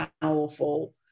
powerful